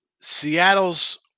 Seattle's